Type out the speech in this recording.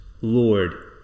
Lord